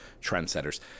trendsetters